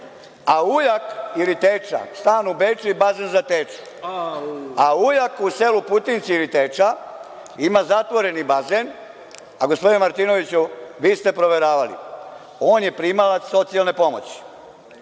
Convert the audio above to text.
a ujak, ili teča, stan u Beču i bazen za teču. A ujak u selu Putinci, ili teča, ima zatvoreni bazen, a gospodine Martinoviću, vi ste proveravali, on je primalac socijalne pomoći.